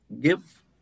give